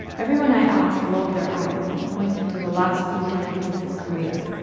everyone i asked rolled their eyes and pointed to the last few decades of his career.